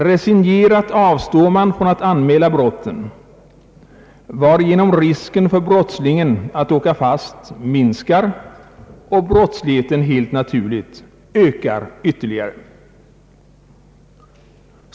Resignerat avstår man från att anmäla brotten, varigenom risken för brottslingen att åka fast minskar och brottsligheten helt naturligt ökar ytterligare.